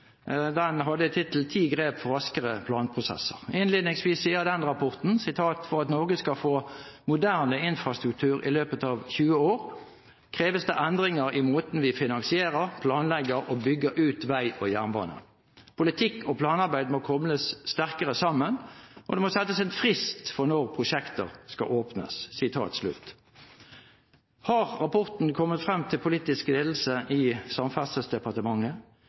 hadde tittelen: «Ti grep for raskere planprosesser». Innledningsvis sier rapporten: «For at Norge skal få en moderne infrastruktur i løpet av 20 år kreves det endringer i måten vi finansierer, planlegger og bygger ut vei og jernbane Politikk og planarbeid må kobles sterkere sammen og det må settes en frist for når prosjektet skal åpnes.» Har rapporten kommet frem til politisk ledelse i Samferdselsdepartementet?